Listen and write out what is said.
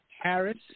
Harris